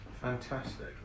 Fantastic